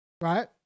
Right